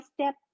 step